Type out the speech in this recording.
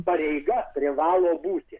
pareiga privalo būti